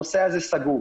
הנושא הזה סגור.